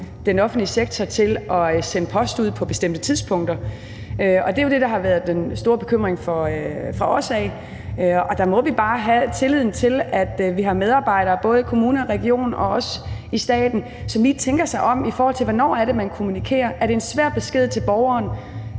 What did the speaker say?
den offentlige sektor til at sende post ud på bestemte tidspunkter. Det er jo det, der har været den store bekymring for os. Der må vi bare have tillid til, at vi har medarbejdere både i kommune, region og også i staten, som lige tænker sig om, i forhold til hvornår det er, man kommunikerer. Er det en svær besked til borgeren,